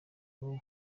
vuba